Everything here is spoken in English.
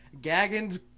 Gaggin's